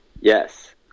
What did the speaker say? Yes